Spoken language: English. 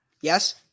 Yes